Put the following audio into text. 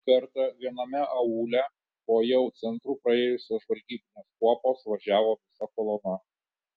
kartą viename aūle po jau centru praėjusios žvalgybinės kuopos važiavo visa kolona